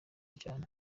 cyane